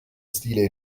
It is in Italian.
stile